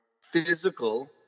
physical